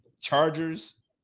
Chargers